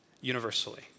universally